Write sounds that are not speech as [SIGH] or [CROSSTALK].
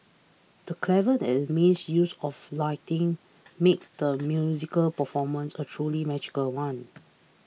the clever and amazing use of lighting made the musical performance a truly magical one [NOISE]